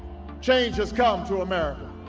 change has come to america.